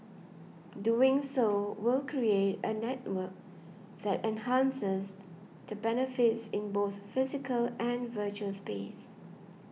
doing so will create a network that enhances the benefits in both physical and virtual space